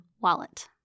wallet